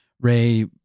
Ray